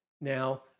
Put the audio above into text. Now